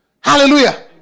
Hallelujah